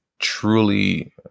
truly